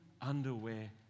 underwear